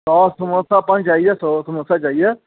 ਸੌ ਸਮੋਸਾ ਆਪਾਂ ਨੂੰ ਚਾਹੀਦਾ ਸੌ ਸਮੋਸਾ ਚਾਹੀਦਾ